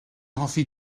hoffi